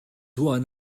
one